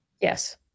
Yes